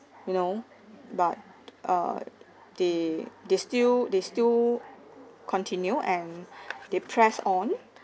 you know but uh they they still they still continue and they press on